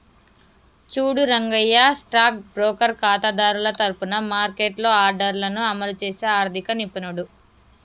చూడు Rangaiah stock broker ఖాతాదారుల తరఫున మార్కెట్లో ఆర్డర్లను అమలు చేసే ఆర్థిక నిపుణుడు